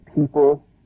people